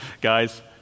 Guys